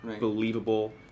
believable